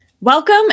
Welcome